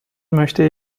möchte